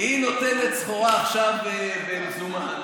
היא נותנת סחורה עכשיו במזומן.